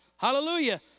Hallelujah